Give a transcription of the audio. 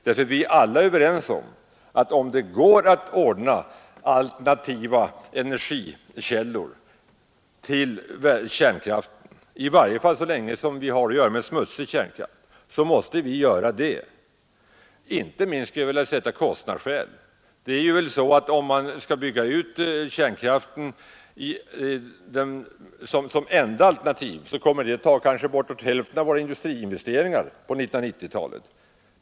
Vi är ju alla överens om nödvändigheten av alternativa energikällor till kärnkraften — i varje fall så länge som vi har att göra med smutsig kärnkraft — inte minst av kostnadsskäl. Ty om vi skall bygga ut kärnkraften som enda alternativ, så kommer det att kosta ungefär hälften av våra samlade industriinvesteringar på 1980-talet.